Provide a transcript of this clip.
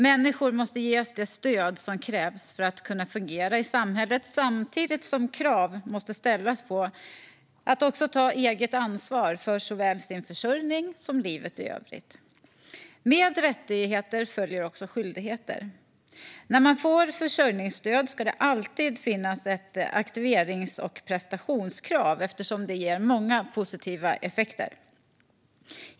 Människor måste ges det stöd som krävs för att de ska kunna fungera i samhället, samtidigt som det måste ställas krav på att de tar eget ansvar för såväl sin försörjning som livet i övrigt. Med rättigheter följer också skyldigheter. När människor får försörjningsstöd ska det alltid finnas ett aktiverings och prestationskrav, eftersom det ger många positiva effekter.